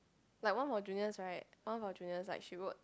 like one of our juniors right one of our juniors she wrote